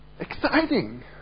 Exciting